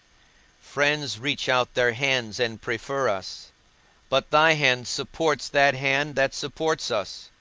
friends reach out their hands and prefer us but thy hand supports that hand that supports us.